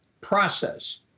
process